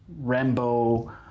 Rambo